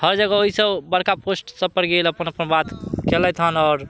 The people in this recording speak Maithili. हर जगह ओइसँ बड़का पोस्ट सभपर गेल अपन अपन बात कयलथि हन आओर